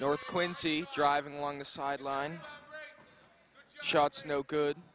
north quincy driving along the sideline shots no good